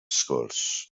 sgwrs